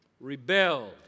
Rebelled